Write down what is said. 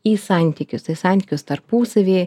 į santykius tai santykius tarpusavyje